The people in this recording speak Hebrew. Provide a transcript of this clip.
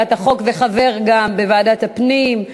בהצעת החוק וחבר גם בוועדת הפנים.